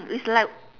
it's like